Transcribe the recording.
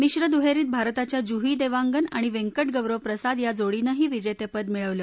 मिश्र दुहेरीत भारताच्या जूही देवांगन आणि वेंकट गौरव प्रसाद या जोडीनंही विजेतेपद मिळवलं